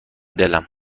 دلم